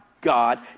God